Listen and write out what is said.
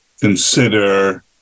consider